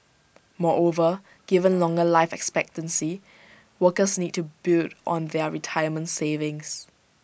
moreover given longer life expectancy workers need to build on their retirement savings